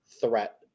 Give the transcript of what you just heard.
threat